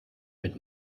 mit